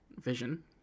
vision